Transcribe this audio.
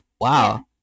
wow